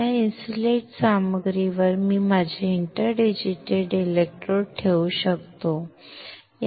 या इन्सुलेट सामग्रीवर मी माझे इंटरडिजिटेटेड इलेक्ट्रोड ठेवू शकतो